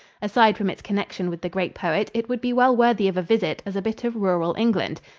aside from its connection with the great poet, it would be well worthy of a visit as a bit of rural england.